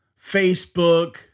Facebook